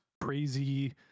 crazy